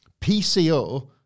PCO